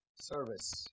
service